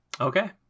okay